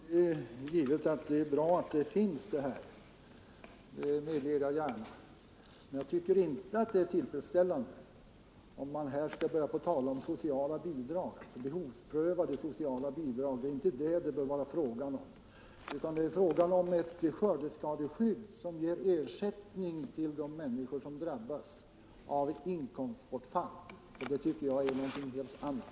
Herr talman! Det är naturligtvis bra att den möjligheten finns — det medger jag gärna. Men jag tycker inte att det är tillfredsställande att i sådana fall börja tala om behovsprövade sociala bidrag. Det är inte sådana det bör vara fråga om, utan vi bör ha ett skördeskadeskydd som ger ersättning till de människor som drabbas av inkomstbortfall, och det är någonting helt annat.